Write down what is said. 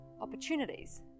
opportunities